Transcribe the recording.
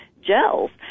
gels